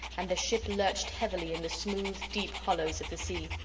and the ship lurched heavily in the smooth, deep hollows of the sea.